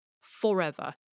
forever